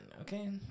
okay